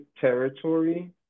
territory